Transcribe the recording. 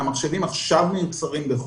המחשבים עכשיו מיוצרים בחו"ל.